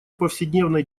повседневной